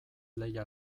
lehia